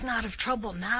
talk not of trouble now,